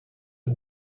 der